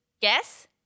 guess